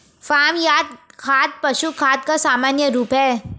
farm yard खाद पशु खाद का सामान्य रूप है